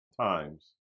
times